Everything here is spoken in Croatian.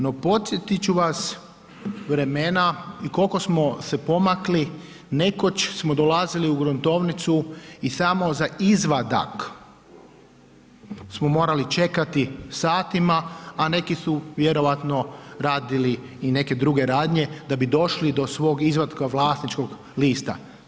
No, podsjetit ću vas vremena i kolko smo se pomakli, nekoć smo dolazili u gruntovnicu i samo za izvadak smo morali čekati satima, a neki su vjerojatno radili i neke druge radnje da bi došli do svog izvatka, vlasničkog lista.